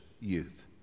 youth